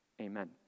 Amen